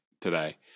today